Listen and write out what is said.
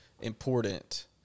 important